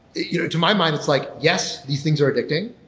you know to my mind it's like, yes, these things are addicting.